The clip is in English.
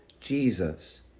Jesus